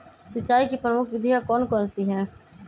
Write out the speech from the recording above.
सिंचाई की प्रमुख विधियां कौन कौन सी है?